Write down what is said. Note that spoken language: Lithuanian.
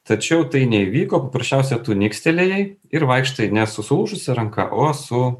tačiau tai neįvyko paprasčiausia tu nikstelėjai ir vaikštai ne su sulūžusia ranka o su